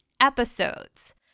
episodes